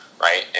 right